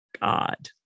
god